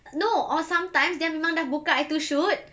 no or sometimes dia memang dah buka itu chute